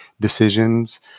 decisions